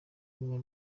kunywa